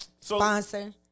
Sponsor